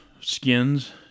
skins